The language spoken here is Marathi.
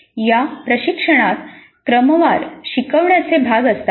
या प्रशिक्षणात क्रमवार शिकवण्याचे भाग असतात